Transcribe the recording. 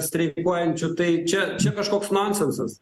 streikuojančių tai čia čia kažkoks nonsensas